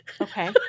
Okay